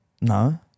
No